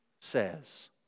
says